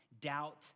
doubt